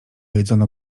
jedzono